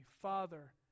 Father